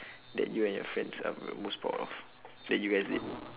that you and your friends are um most proud of that you guys did